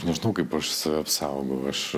nežinau kaip aš apsaugau aš